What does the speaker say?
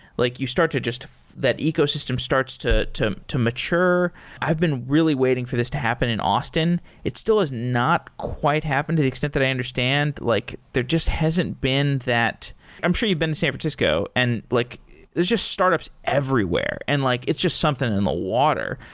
like you start to just that ecosystem starts to to mature i've been really waiting for this to happen in austin. it still is not quite happen to the extent that i understand. like there just hasn't been that i'm sure you've been in san francisco, and like there's just startups everywhere. and like it's just something in the water.